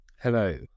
Hello